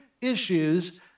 issues